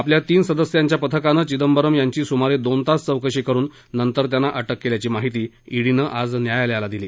आपल्या तीन सदस्यांच्या पथकानं चिदंबरम यांची सुमारे दोन तास चौकशी करुन नंतर त्यांना अटक केल्याची माहिती इडीनं आज न्यायालयाला दिली